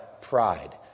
pride